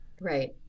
Right